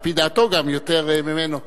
על-פי דעתו גם, יותר ממנו.